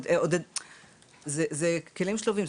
זה כלים שלובים.